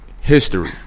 history